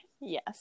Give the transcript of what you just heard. Yes